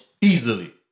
Easily